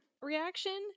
reaction